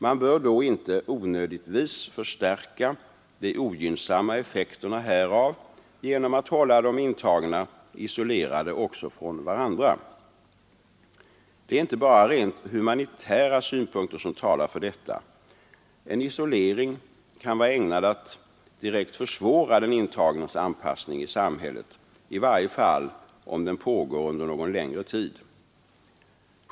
Man bör då inte onödigtvis förstärka de ogynnsamma effekterna härav genom att hålla de intagna isolerade från varandra. Det är inte bara rent humanitära synpunkter som talar för detta. En isolering kan vara ägnad att direkt försvåra den intagnes anpassning i samhället, i varje fall om den pågår under någon längre tid.